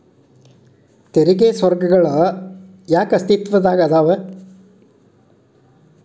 ತೆರಿಗೆ ಸ್ವರ್ಗಗಳ ಯಾಕ ಅಸ್ತಿತ್ವದಾಗದವ